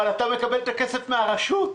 אבל אתה מקבל את הכסף מהרשות.